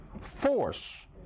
force